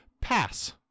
Pass